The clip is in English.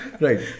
Right